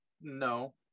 No